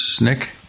Nick